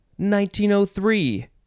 1903